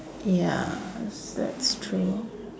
ya that's true